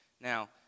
Now